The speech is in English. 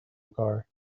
car